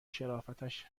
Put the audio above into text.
شرافتش